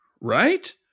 right